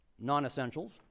non-essentials